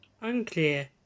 Unclear